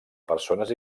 persones